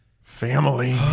family